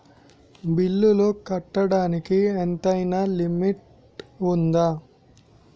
బిల్లులు కట్టడానికి ఎంతైనా లిమిట్ఉందా?